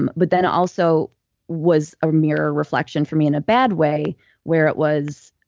um but then also was a mirror reflection for me in a bad way where it was.